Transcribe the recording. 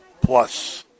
Plus